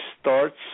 starts